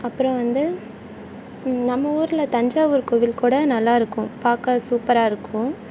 அப்புறம் வந்து நம்ம ஊரில் தஞ்சாவூர் கோவில் கூட நல்லாயிருக்கும் பார்க்க சூப்பராக இருக்கும்